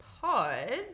pod